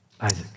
Isaac